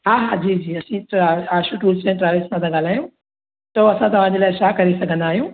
हा हा जी जी असीं त आ आशू टूर्स एंड ट्रैवलस मां था ॻाल्हायूं त असां तव्हांजे लाइ छा करे सघंदा आहियूं